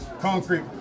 concrete